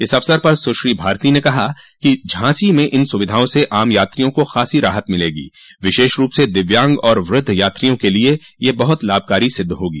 इस अवसर पर सुश्री भारती ने कहा कि झांसी में इन सुविधाओं से आम यात्रियों को खासी राहत मिलेगी विशेष रूप से दिव्यांग और वृद्ध यात्रियों के लिये ये बहुत लाभकारी सिद्ध होगी